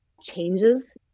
changes